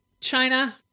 China